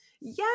Yes